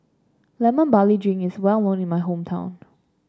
Lemon Barley Drink is well in my hometown